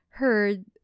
heard